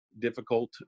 difficult